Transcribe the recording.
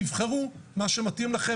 תבחרו מה שמתאים לכם.